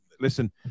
listen